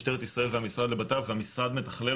משטרת ישראל והמשרד לבט"פ והמשרד מתכלל